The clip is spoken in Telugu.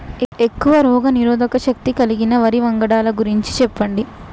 ఎక్కువ రోగనిరోధక శక్తి కలిగిన వరి వంగడాల గురించి చెప్పండి?